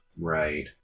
Right